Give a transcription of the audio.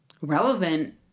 relevant